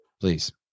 please